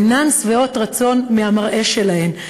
אינן שבעות רצון מהמראה שלהן?